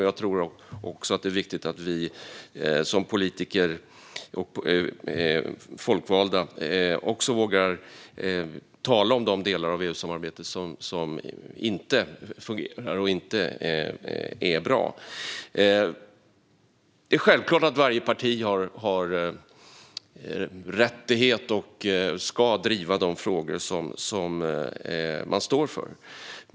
Jag tror också att det är viktigt att vi som folkvalda politiker även vågar tala om de delar av EU som inte fungerar och som inte är bra. Det är självklart att varje parti har rättighet att, och ska, driva de frågor som man står för.